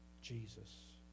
Jesus